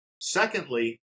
Secondly